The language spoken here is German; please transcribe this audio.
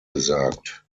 gesagt